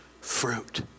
fruit